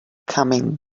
coming